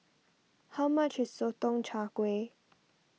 how much is Sotong Char Kway